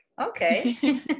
okay